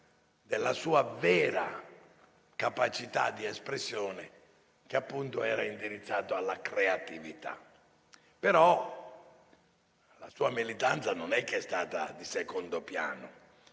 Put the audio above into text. della sua vera capacità di espressione, che appunto era indirizzata alla creatività. Però, la sua militanza non è stata di secondo piano.